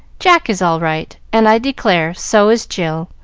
jack is all right, and, i declare, so is jill.